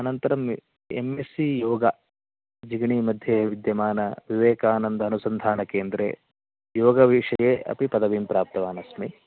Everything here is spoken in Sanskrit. अनन्तरम् M S C yoga Jigani मध्ये विद्यमानविवेकानन्द अनुसन्धानकेन्द्रे योगविषये अपि पदवीं प्राप्तवान् अस्मि